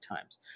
times